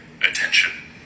attention